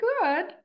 good